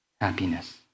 happiness